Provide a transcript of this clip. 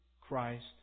Christ